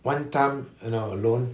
one time you know alone